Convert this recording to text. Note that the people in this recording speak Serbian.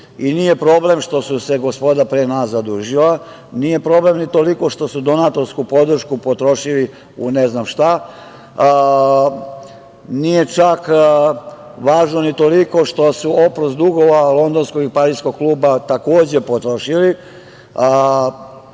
i nije problem što su se gospoda pre nas zaduživala, nije problem ni toliko što su donatorsku podršku potrošili u ne znam šta, nije čak važno ni toliko što su oprost dugova Londonskog i Pariskog kluba takođe potrošili. Ono